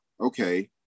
okay